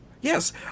Yes